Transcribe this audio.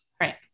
Right